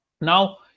Now